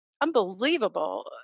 unbelievable